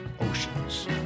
Oceans